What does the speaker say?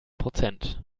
prozent